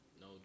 no